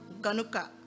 ganuka